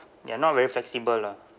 they are not very flexible lah